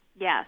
Yes